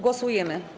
Głosujemy.